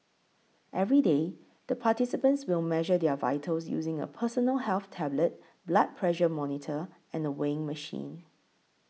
every day the participants will measure their vitals using a personal health tablet blood pressure monitor and a weighing machine